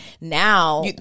now